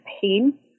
pain